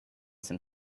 some